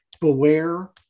Beware